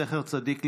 אלכס קושניר,